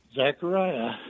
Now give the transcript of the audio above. Zechariah